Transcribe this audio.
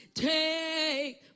take